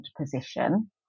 position